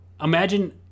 Imagine